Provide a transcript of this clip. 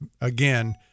again